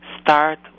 Start